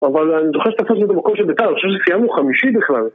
אבל אני זוכר שאתה עושה את זה במקום של ביתר, אני חושב שזה סיימנו חמישי בכלל